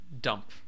dump